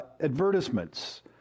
advertisements